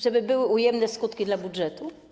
Żeby były ujemne skutki dla budżetu?